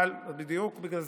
אבל --- מי יעשה עבודה פרלמנטרית?